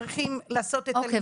שצריכים לעשות את הלימודים -- אוקיי,